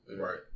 Right